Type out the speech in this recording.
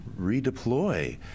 redeploy